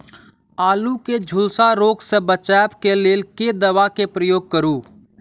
आलु केँ झुलसा रोग सऽ बचाब केँ लेल केँ दवा केँ प्रयोग करू?